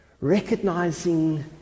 Recognizing